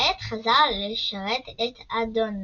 וכעת חזר לשרת את אדונו.